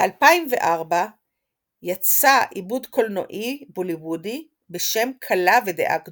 ב־2004 יצא עיבוד קולנועי בוליוודי בשם כלה ודעה קדומה.